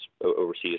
overseas